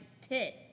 tit